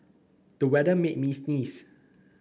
the weather made me sneeze